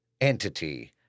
entity